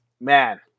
man